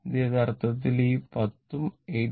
ഇത് യഥാർത്ഥത്തിൽ ഈ 10 ഉം 8